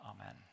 amen